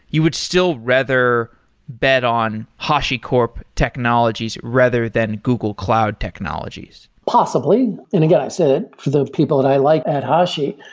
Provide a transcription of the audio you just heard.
you would still rather bet on hashicorp technologies rather than google cloud technologies. possibly. and again, i said, the people that i like at hashi.